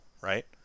right